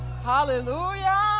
hallelujah